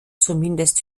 zumindest